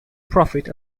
profit